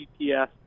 GPS